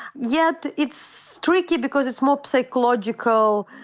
yet it's tricky, because it's more psychological,